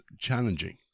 challenging